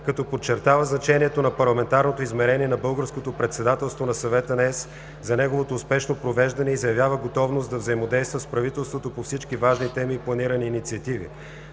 Като подчертава значението на Парламентарното измерение на българското председателство на Съвета на Европейския съюз за неговото успешно провеждане и заявява готовност да взаимодейства с правителството по всички важни теми и планирани инициативи;